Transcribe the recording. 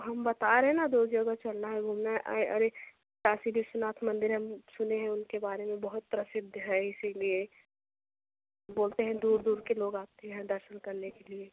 हम बता रहे न दो जगह चलना है घूमना है अरे काशी विश्वनाथ मंदिर हम सुने हैं उनके बारे में बहुत प्रसिद्ध हैं इसलिए बोलते हैं दूर दूर के लोग आते हैं दर्शन करने के लिए